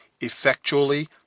effectually